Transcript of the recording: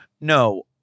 No